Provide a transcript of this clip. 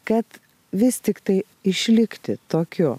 kad vis tiktai išlikti tokiu